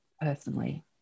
personally